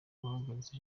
yahagaritse